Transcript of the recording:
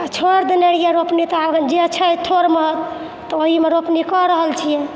तऽ छोड़ि देने रहिए रोपनी तऽ आब जे छै थोड़मे तऽ ओहिमे रोपनी कऽ रहल छिए